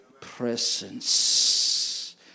presence